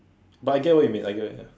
but I get what you mean I get what ya